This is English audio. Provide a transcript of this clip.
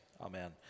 amen